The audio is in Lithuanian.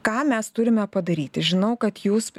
ką mes turime padaryti žinau kad jūs